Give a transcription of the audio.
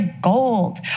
gold